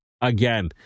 again